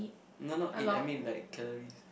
not not eat I mean like calories